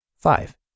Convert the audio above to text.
Five